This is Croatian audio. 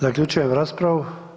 Zaključujem raspravu.